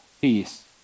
peace